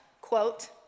quote